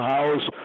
House